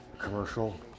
commercial